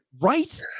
right